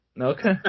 Okay